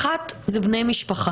האחת, זה בני משפחה.